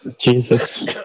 Jesus